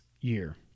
year